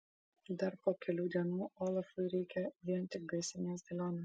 dar po kelių dienų olafui reikia vien tik gaisrinės dėlionės